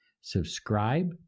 subscribe